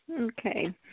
Okay